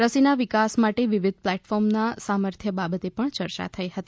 રસીના વિકાસ માટે વિવિધ પ્લેટફોર્મના સામર્થ્ય બાબતે પણ ચર્ચા થઈ હતી